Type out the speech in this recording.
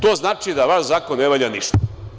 To znači da vaš zakon ne valja ništa.